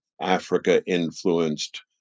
Africa-influenced